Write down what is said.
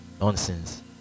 nonsense